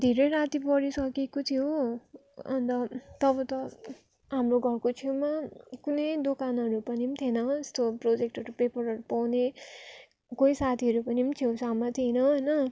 धेरै राति परिसकेको थियो अन्त तब त हाम्रो घरको छेउमा कुनै दोकानहरू पनि थिएन हो यस्तो प्रोजेक्टहरू पेपरहरू पाउने कोही साथीहरू पनि छेउछाउमा थिएन होइन